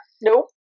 Nope